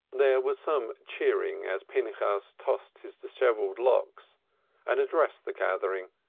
there was some cheering as pinchas tossed his dishevelled locks and addressed the gathering,